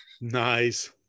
nice